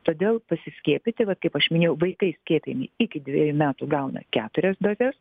todėl pasiskiepyti va kaip aš minėjau vaikai skiepijami iki dvejų metų gauna keturias dozes